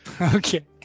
Okay